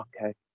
okay